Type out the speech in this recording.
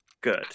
Good